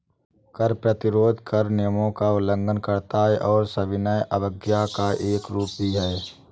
कर प्रतिरोध कर नियमों का उल्लंघन करता है और सविनय अवज्ञा का एक रूप भी है